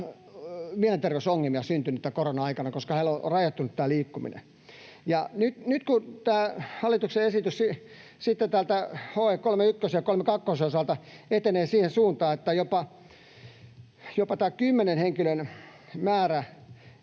mielenterveysongelmia koronan aikana, koska heillä on nyt rajattu tätä liikkumista, ja nyt kun nämä hallituksen esitykset HE 31:n ja 32:n osalta etenevät siihen suuntaan, että jopa tämä kymmenen henkilön määrä